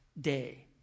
day